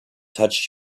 touched